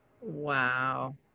Wow